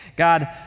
God